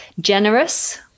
generous